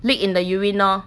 leak in the urine lor